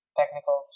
technical